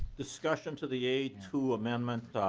discussion to the a two amendment?